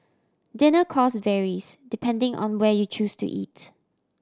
dinner cost varies depending on where you choose to eat